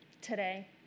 today